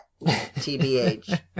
TBH